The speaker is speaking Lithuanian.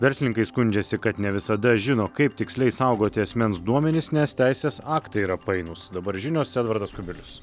verslininkai skundžiasi kad ne visada žino kaip tiksliai saugoti asmens duomenis nes teisės aktai yra painūs dabar žinios edvardas kubilius